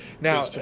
now